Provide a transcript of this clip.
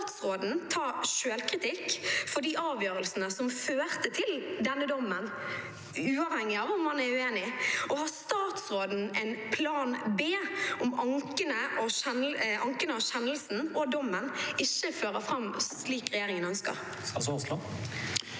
statsråden ta selvkritikk på de avgjørelsene som førte til denne dommen, uavhengig av om han er uenig? Og har statsråden en plan B om anken av kjennelsen og dommen ikke fører fram slik regjeringen ønsker? Statsråd